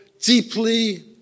deeply